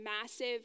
massive